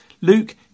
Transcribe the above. Luke